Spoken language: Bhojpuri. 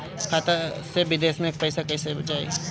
खाता से विदेश मे पैसा कईसे जाई?